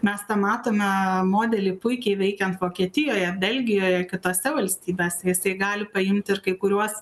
mes matome modelį puikiai veikiant vokietijoje belgijoje kitose valstybėse jisai gali paimti ir kai kuriuos